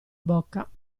bocca